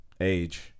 age